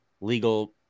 legal